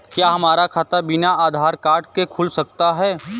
क्या हमारा खाता बिना आधार कार्ड के खुल सकता है?